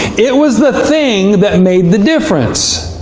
it was the thing that made the difference